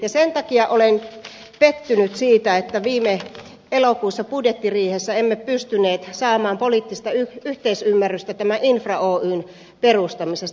ja sen takia olen pettynyt siihen että viime elokuussa budjettiriihessä emme pystyneet saamaan poliittista yhteisymmärrystä tämän valtion infra oyn perustamisesta